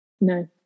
No